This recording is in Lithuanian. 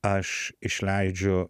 aš išleidžiu